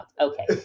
Okay